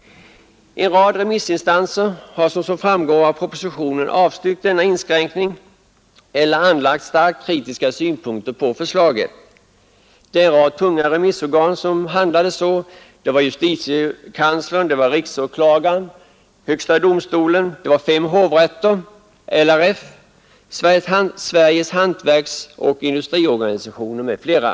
En rad remissinstanser har, som framgår av propositionen, avstyrkt denna inskränkning eller anlagt starkt kritiska synpunkter på förslaget. Det är en rad tunga remissorgan som handlat så: JK, RÅ, högsta domstolen, fem hovrätter, LRF, Sveriges hantverksoch industriorganisation m.fl.